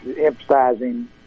emphasizing